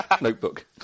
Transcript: notebook